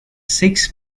six